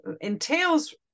entails